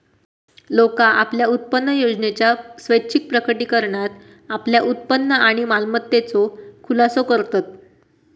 लोका आपल्या उत्पन्नयोजनेच्या स्वैच्छिक प्रकटीकरणात आपल्या उत्पन्न आणि मालमत्तेचो खुलासो करतत